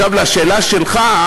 עכשיו לגבי השאלה שלך.